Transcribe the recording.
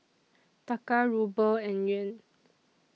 Taka Ruble and Yuan